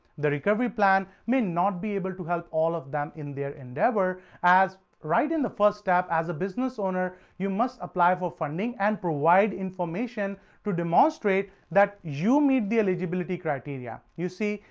the recovery plan may not be able to help all of them in their endeavour as right in the first step, as a business owner, you must apply for funding and provide information to demonstrate that you meet the eligibility criteria. you see,